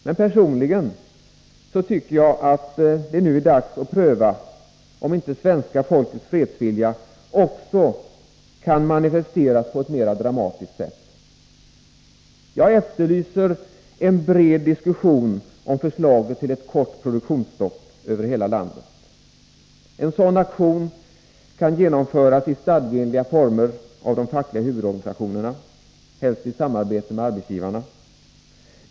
Men personligen tycker jag att det nu är dags att pröva om inte svenska folkets fredsvilja också kan manifesteras på ett mera dramatiskt sätt. Jag efterlyser en bred diskussion om förslaget till ett kort produktionsstopp över hela landet. En sådan aktion kan genomföras i stadgeenliga former av de fackliga huvudorganisationerna — helst i samarbete med arbetsgivarna.